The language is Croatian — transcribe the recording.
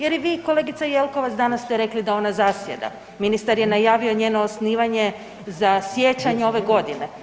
Jer i vi kolegice Jelkovac danas ste rekli da ona zasjeda, ministar je najavio njeno osnivanje za siječanj ove godine.